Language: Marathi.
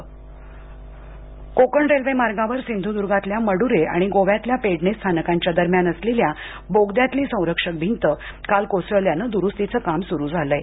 कोकण रेल्वे कोकण रेल्वे मार्गावर सिंधुदुर्गातल्या मडुरे आणि गोव्यातल्या पेडणे स्थानकांच्या दरम्यान असलेल्या बोगद्यातली संरक्षक भिंत काल कोसळल्यानं दुरुस्तीचं काम सुरू झालं आहे